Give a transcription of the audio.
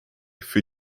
für